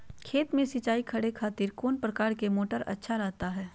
खेत में सिंचाई करे खातिर कौन प्रकार के मोटर अच्छा रहता हय?